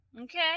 Okay